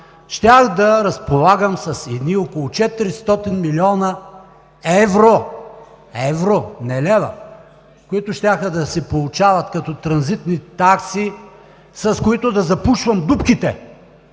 щях да разполагам с около 400 млн. евро – евро! – не лева! – които щяха да се получават като транзитни такси, с които да запушвам дупките.